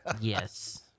Yes